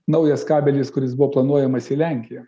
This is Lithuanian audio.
naujas kabelis kuris buvo planuojamas į lenkiją